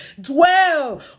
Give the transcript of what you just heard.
Dwell